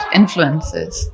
influences